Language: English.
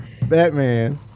Batman